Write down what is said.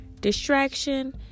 Distraction